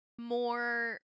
more